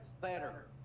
better